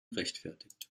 rechtfertigt